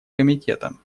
комитетом